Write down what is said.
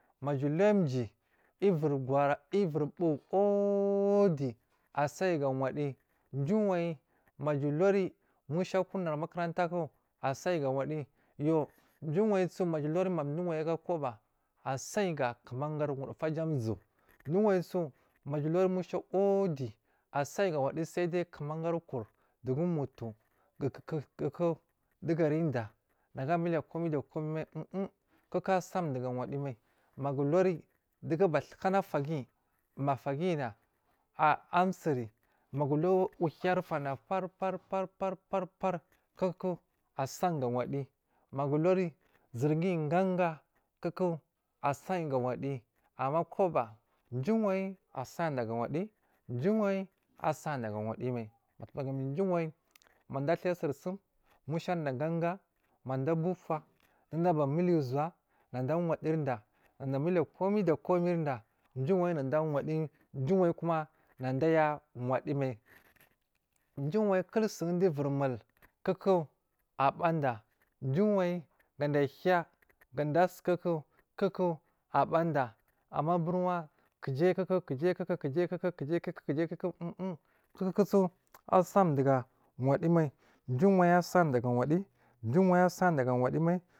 Maja aluya jiyi uvir gora uvir puwo woodiyyi a sai ga waddiyi jiwayi maja aluri musha akuran makuranta ku a sai ga waddiyi jiwayi su maja aluri madu wowa aga koba a sai ga kumagar wudu fuja a zowo jiwayiso maja aluri musha waddiyi a sai ga waddiyi sai dai kumangarkur dugu aburi mutuwo, kuku dugu ara diyya nagu a miliya komai da kumai mai um um kuku a saa duga waddi mai magu aluri dugu abatukana fa guyi ma fa guyina asu magu uluya uhi arfana fa far far koku a san ga waddiyi ma gu, uluri zurguyi ganga kuku asari ga waddiyi amma koba jiwayi asayi ga waddiyi jiwayi asayi ga waddiyi mai matuma wai mada atuya sursum mada abu fa dowo da abamiliya uzowoa nada a wadiyi da komai da koma irida jiwayi nadda awadiyyi jiwayi nada a wadiyi mai duwayi kulsukuk dunada uvir mul kuka abari da jiwayi gada ahiya ga a sukuku, rowoku abada amma aburwa kujaiku kujaiku kujai ku um um kuku su asari du ga waddiyi mai jiyyi wai asari da ga waddiyi jiyi wai asari da ga wadimai.